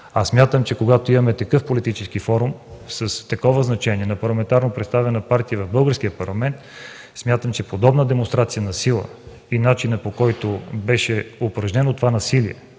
отговорност. Когато имаме такъв политически форум, с такова значение на парламентарно представена партия в Българския парламент, смятам, че подобна демонстрация на сила и начинът, по който беше упражнено това насилие